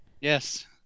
Yes